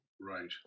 Right